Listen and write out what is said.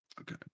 Okay